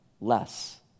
less